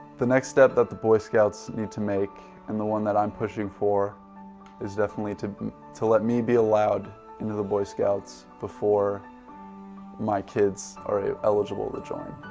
the next step that the boy scouts need to make and the one that i'm pushing for is definitely to to let me be allowed into the boy scouts before my kids are ah eligible to join.